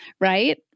right